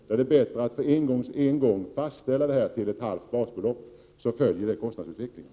Det är bättre att på en gång fastställa det skattefria beloppet till ett halvt basbelopp, som ju följer kostnadsutvecklingen.